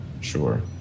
Sure